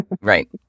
Right